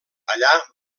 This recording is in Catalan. allà